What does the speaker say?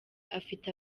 afite